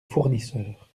fournisseurs